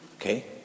okay